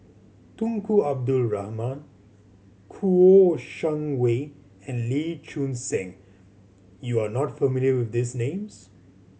Tunku Abdul Rahman Kouo Shang Wei and Lee Choon Seng you are not familiar with these names